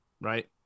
right